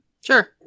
Sure